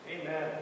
Amen